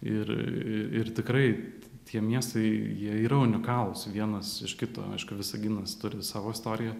ir ir tikrai tie miestai jie yra unikalūs vienas iš kito aišku visaginas turi savo istoriją